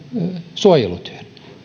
suojelutyön